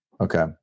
Okay